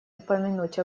упомянуть